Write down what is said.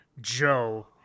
Joe